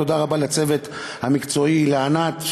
תודה רבה לצוות המקצועי: לענת,